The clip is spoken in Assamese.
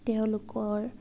তেওঁলোকৰ